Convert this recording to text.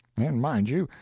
and mind you,